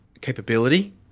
capability